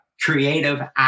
creative